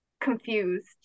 confused